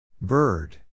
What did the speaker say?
Bird